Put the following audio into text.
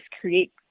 create